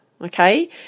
Okay